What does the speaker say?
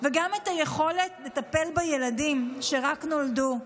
וגם את היכולת לטפל בילדים שרק נולדו.